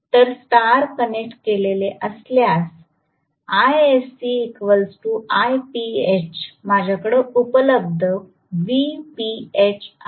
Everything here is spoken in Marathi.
तर स्टार कनेक्ट केलेले असल्यास माझ्याकडे उपलब्ध Vph आहे